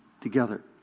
together